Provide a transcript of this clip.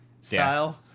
style